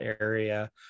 area